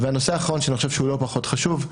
והנושא האחרון, שאני חושב שהוא לא פחות חשוב,